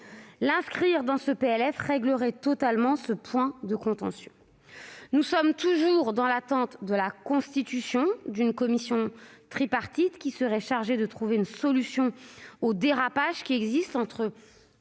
L'inscrire dans ce PLF réglerait totalement ce point de contentieux. Nous sommes toujours dans l'attente de la constitution d'une commission tripartite chargée de trouver une solution au dérapage entre